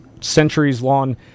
centuries-long